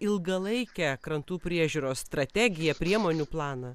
ilgalaikę krantų priežiūros strategiją priemonių planą